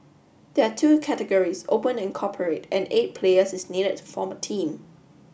there are two categories open and corporate and eight players is needed to form a team